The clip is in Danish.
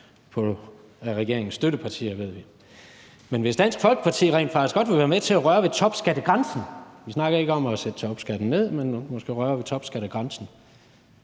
ikke vil røre den, ved vi. Men hvis Dansk Folkeparti rent faktisk godt vil være med til at røre ved topskattegrænsen – vi snakker ikke om at sætte topskatten ned, men måske om at røre ved topskattegrænsen